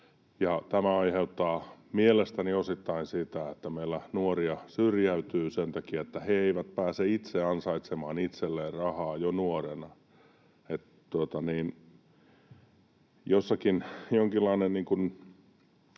tämä aiheuttaa mielestäni osittain sitä, että meillä nuoria syrjäytyy sen takia, että he eivät pääse itse ansaitsemaan itselleen rahaa jo nuorena. Jonkinlainen